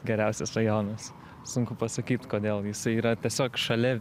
geriausias rajonas sunku pasakyt kodėl jisai yra tiesiog šalia